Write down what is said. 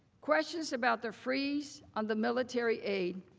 questions about the freeze on the military aid.